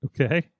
Okay